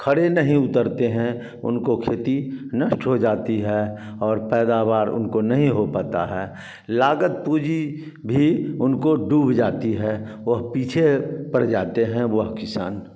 खड़े नहीं उतरते हैं उनको खेती नष्ट हो जाती है और पैदावार उनको नहीं हो पाती है लागत पूँजी भी उनकी डूब जाती है वह पीछे पड़ जाते हैं वह किसान